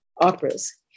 operas